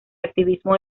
activismo